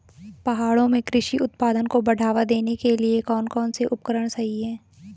पहाड़ों में कृषि उत्पादन को बढ़ावा देने के लिए कौन कौन से उपकरण सही हैं?